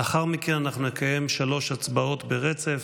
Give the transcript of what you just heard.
לאחר מכן אנחנו נקיים שלוש הצבעות ברצף